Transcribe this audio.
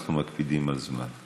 אנחנו מקפידים על הזמן.